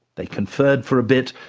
they conferred for a bit,